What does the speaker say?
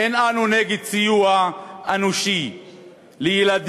אין אנו נגד סיוע אנושי לילדים,